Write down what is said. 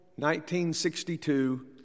1962